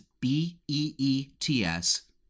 B-E-E-T-S